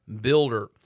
builder